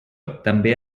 també